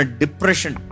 depression